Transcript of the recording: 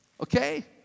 Okay